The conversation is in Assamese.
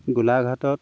গোলাঘাটত